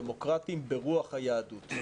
דמוקרטים ברוח היהדות,